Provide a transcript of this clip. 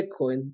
Bitcoin